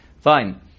Fine